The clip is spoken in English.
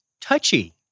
touchy